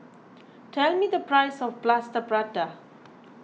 tell me the price of Plaster Prata